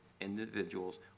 individuals